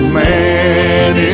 man